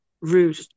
route